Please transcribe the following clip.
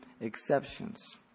exceptions